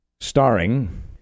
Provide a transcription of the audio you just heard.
Starring